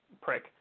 prick